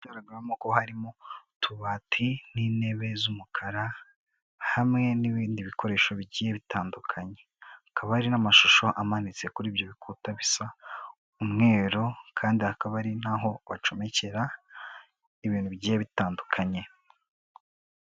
Bigaragaramo ko harimo utubati n'intebe z'umukara hamwe n'ibindi bikoresho bigiye bitandukanye. Hakaba hari n'amashusho amanitse kuri ibyo bikuta bisa umweru, kandi hakaba hari n'aho bacomekera ibintu bigiye bitandukanye.